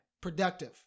Productive